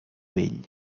vell